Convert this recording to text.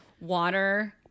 water